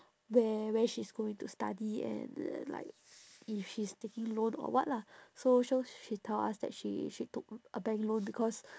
where where she is going to study and like if she is taking loan or what lah so so she tell us that she she took a bank loan because